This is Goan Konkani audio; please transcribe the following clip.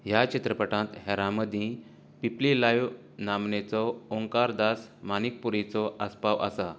ह्या चित्रपटांत हेरां मदीं पीपली लाइव नामनेचो ओंकार दास मानिकपुरीचो आस्पाव आसा